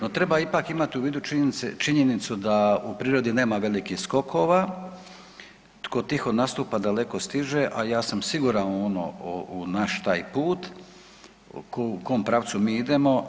No treba ipak imat u vidu činjenice, činjenicu da u prirodi nema velikih skokova, tko tiho nastupa daleko stiže, a ja sam siguran u ono u naš taj put u kom pravcu mi idemo.